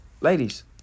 ladies